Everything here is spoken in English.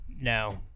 no